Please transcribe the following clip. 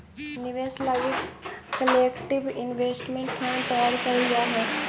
निवेश लगी collective investment fund तैयार करल जा हई